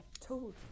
told